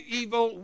evil